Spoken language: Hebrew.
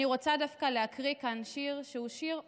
אני רוצה דווקא להקריא כאן שיר שהוא שיר אופטימי,